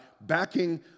backing